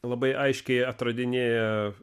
labai aiškiai atradinėja